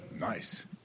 Nice